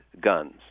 guns